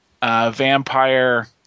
Vampire